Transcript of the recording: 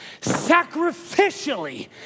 sacrificially